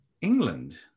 England